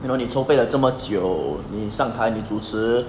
you know 你筹备了这么久你上台你主持